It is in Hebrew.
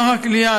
מערך הכליאה,